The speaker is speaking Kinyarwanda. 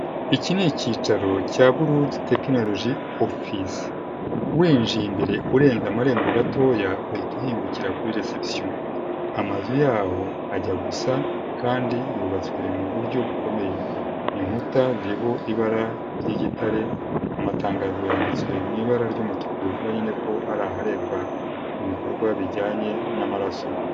Iki ni icyicaro, cya Burudi tekinorogi, ofisi. Winjiye imbere urenze amarembo gatoya, uhita uhingukira kuri resebusiyo. Amazu yaho, ajya gusa, kandi yubatswe mu buryo, bukomeye. Inkuta niho ibara ry'igitare, amatangazo yanditswe, mu ibara ry'umutuku, rivuga nyine ko hari aharebwa, ibikorwa, bijyanye n'amaraso.